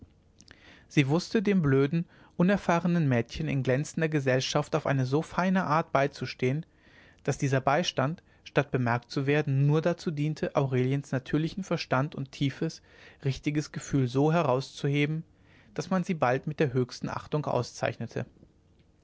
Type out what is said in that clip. sie wußte dem blöden unerfahrnen mädchen in glänzender gesellschaft auf eine so feine art beizustehen daß dieser beistand statt bemerkt zu werden nur dazu diente aureliens natürlichen verstand und tiefes richtiges gefühl so herauszuheben daß man sie bald mit der höchsten achtung auszeichnete